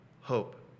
hope